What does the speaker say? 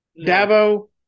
Davo